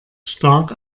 stark